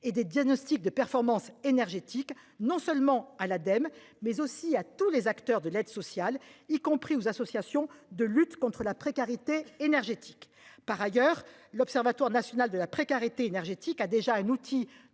et des diagnostics de performance énergétique non seulement à l'Ademe, mais aussi à tous les acteurs de l'aide sociale, y compris aux associations de lutte contre la précarité énergétique. Par ailleurs, l'Observatoire national de la précarité énergétique a déjà un outil